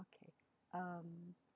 okay um